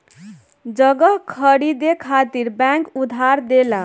जगह खरीदे खातिर भी बैंक उधार देला